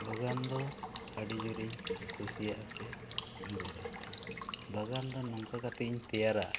ᱵᱟᱜᱟᱱ ᱫᱚ ᱟᱹᱰᱤ ᱡᱩᱨ ᱤᱧ ᱠᱩᱥᱤᱭᱟᱜᱼᱟ ᱥᱮ ᱜᱚᱨᱚᱡᱟᱜᱼᱟ ᱵᱟᱜᱟᱱ ᱫᱚ ᱱᱚᱝᱠᱟ ᱠᱟᱛᱮᱜ ᱤᱧ ᱛᱮᱭᱟᱨᱟ